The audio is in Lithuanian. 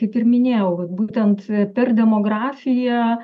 kaip ir minėjau vat būtent per demografiją